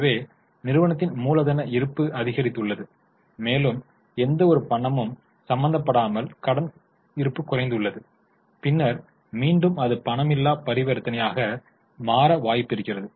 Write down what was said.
எனவே நிறுவனத்தின் மூலதன இருப்பு அதிகரித்துள்ளது மேலும் எந்த ஒரு பணமும் சம்பந்தப்படாமல் கடன் இருப்பு குறைந்துள்ளது பின்னர் மீண்டும் அது பணமில்லா பரிவர்த்தனையாக மாற வாய்ப்பு இருக்கிறது